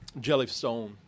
Jellystone